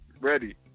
Ready